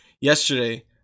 yesterday